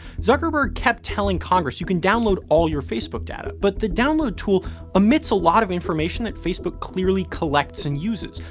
zuckerberg kept telling congress, you can download all your facebook data, but the download tool omits a lot of information that facebook clearly collects and uses,